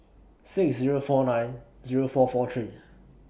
six Zero four nine Zero four four three